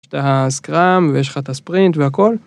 יש את הסקראם, ויש לך את הספרינט והכל.